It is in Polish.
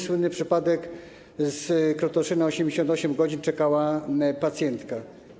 Słynny przypadek z Krotoszyna - 88 godzin czekała pacjentka.